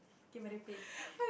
K